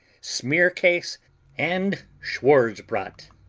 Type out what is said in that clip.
smearcase and schwarzbrot.